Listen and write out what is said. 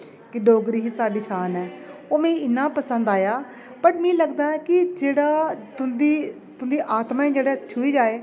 कि डोगरी ही साढ़ी पंछान ऐ ओह् मिगी इन्ना पसंद आया बट्ट मीं लगदा कि जेह्ड़ा तुं'दी तुं'दी आत्मा गी जेह्ड़ा छूई जा